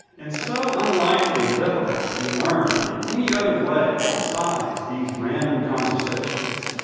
and so unlikely and difficult to be learned in any other way besides these random conversations,